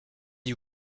you